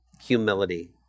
humility